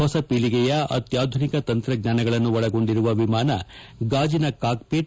ಹೊಸ ಪೀಳಗೆಯ ಅತ್ಯಾಧುನಿಕ ತಂತ್ರಜ್ಞಾನಗಳನ್ನು ಒಳಗೊಂಡಿರುವ ವಿಮಾನ ಗಾಜನ ಕಾಕ್ಪಿಟ್